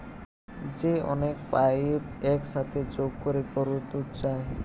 যে অনেক পাইপ এক সাথে যোগ কোরে গরুর দুধ যায়